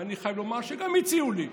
ואני חייב לומר שגם הציעו לי.